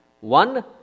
One